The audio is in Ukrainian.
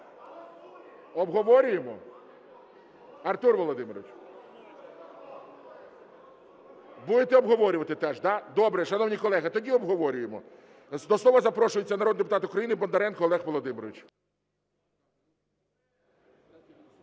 Обговорюємо? Артур Володимирович, будете обговорювати теж, да? Добре. Шановні колеги, тоді обговорюємо. До слова запрошується народний депутат України Бондаренко Олег Володимирович.